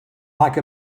like